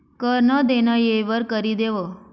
कर नं देनं येळवर करि देवं